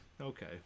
Okay